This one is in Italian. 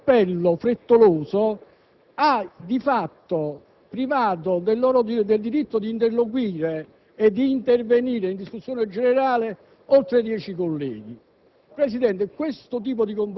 con una sorta d'appello frettoloso ha di fatto privato del diritto di interloquire e di intervenire in discussione generale oltre dieci colleghi.